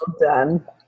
done